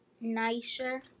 nicer